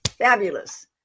Fabulous